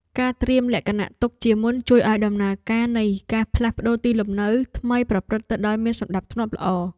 ការត្រៀមលក្ខណៈទុកជាមុនជួយឱ្យដំណើរការនៃការផ្លាស់ប្ដូរទីលំនៅថ្មីប្រព្រឹត្តទៅដោយមានសណ្ដាប់ធ្នាប់ល្អ។